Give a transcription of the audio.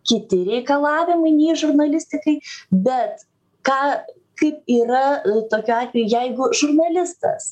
kiti reikalavimai nei žurnalistikai bet ką kaip yra tokiu atveju jeigu žurnalistas